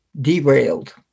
derailed